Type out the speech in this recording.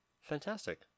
fantastic